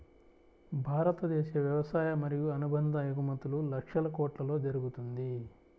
భారతదేశ వ్యవసాయ మరియు అనుబంధ ఎగుమతులు లక్షల కొట్లలో జరుగుతుంది